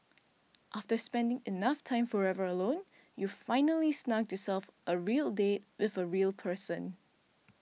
after spending enough time forever alone you've finally snugged yourself a real date with a real person